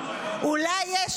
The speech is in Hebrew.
אוי ואבוי, מה פתאום.